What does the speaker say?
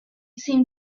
seemed